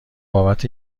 بابت